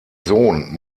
sohn